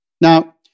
Now